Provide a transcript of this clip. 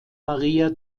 maria